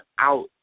out